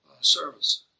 service